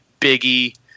Biggie